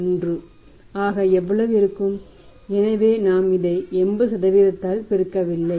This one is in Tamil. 01 ஆக எவ்வளவு இருக்கும் எனவே நாம் இதை 80 ஆல் பெருக்கவில்லை